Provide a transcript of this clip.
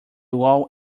wall